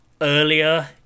earlier